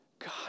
God